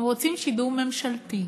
הם רוצים שידור ממשלתי.